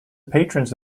patrons